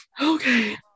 okay